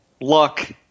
luck